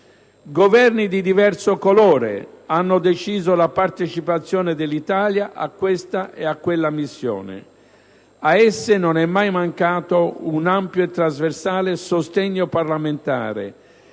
Governi di diverso colore hanno deciso la partecipazione dell'Italia a questa e a quella missione. E a esse non è mai mancato un ampio e trasversale sostegno parlamentare,